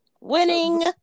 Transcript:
Winning